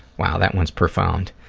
wow, that one's profound.